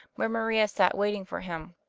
where maria sat waiting for him.